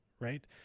right